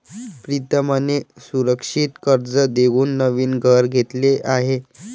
प्रीतमने सुरक्षित कर्ज देऊन नवीन घर घेतले आहे